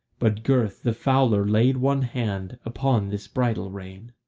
but gurth the fowler laid one hand upon this bridle rein.